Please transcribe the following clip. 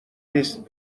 نیست